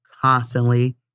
constantly